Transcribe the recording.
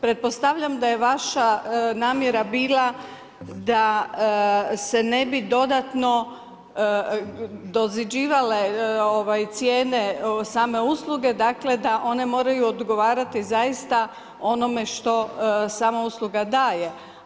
Pretpostavljam da je vaša namjera bila da se ne bi dodatno … cijene same usluge, dakle, da one moraju odgovarati zaista onome što sama usluga daje.